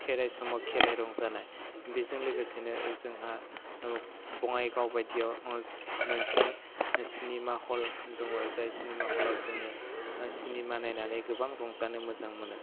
खेराइ समाव खेराइ रंजानाय बेजों लोगोसेनो जोंहा बङाइगाव बायदियाव मोनसे सिनिमा हल दङ जाय सिनिमा हलाव जोङो सिनिमा नायनानै गोबां रंजानो मोजां मोनो